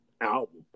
album